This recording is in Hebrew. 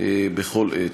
בכל עת.